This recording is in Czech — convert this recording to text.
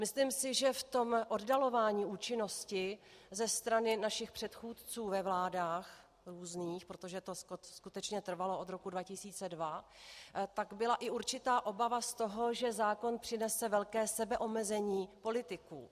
Myslím si, že v tom oddalování účinnosti ze strany našich předchůdců ve vládách různých, protože to skutečně trvalo od roku 2002 byla i určitá obava z toho, že zákon přinese velké sebeomezení politiků.